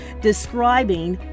describing